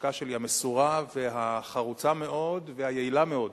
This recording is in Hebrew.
הלשכה שלי, המסורה והחרוצה מאוד והיעילה מאוד,